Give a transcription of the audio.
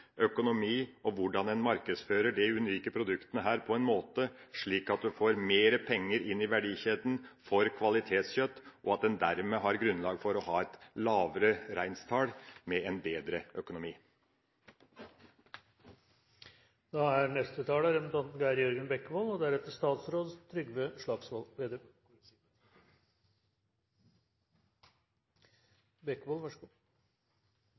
økonomi og hvordan en markedsfører disse unike produktene på en måte som gjør at du får mer penger inn i verdikjeden for kvalitetskjøtt, og at en dermed har grunnlag for å ha et lavere reintall, med en bedre